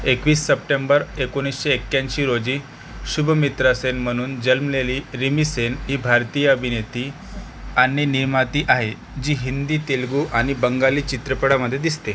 एकवीस सप्टेंबर एकोणीसशे एक्याऐंशी रोजी शुभमित्रा सेन म्हणून जन्मलेली रिमी सेन ही भारतीय अभिनेती आणि निर्माती आहे जी हिंदी तेलगू आणि बंगाली चित्रपटांमध्ये दिसते